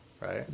right